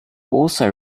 also